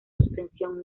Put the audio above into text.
suspensión